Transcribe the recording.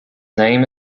name